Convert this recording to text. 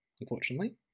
unfortunately